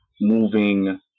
moving